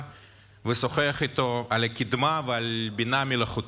ושוחח איתו על קדמה ועל בינה מלאכותית.